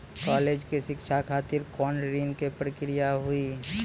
College के शिक्षा खातिर कौन ऋण के प्रक्रिया हुई?